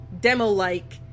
demo-like